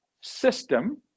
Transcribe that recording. system